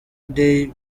day